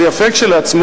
זה יפה כשלעצמו.